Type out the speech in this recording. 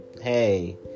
hey